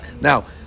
Now